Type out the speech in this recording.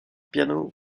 piano